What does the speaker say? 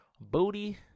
booty